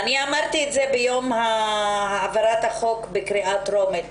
אמרתי את זה ביום העברת החוק בקריאה טרומית,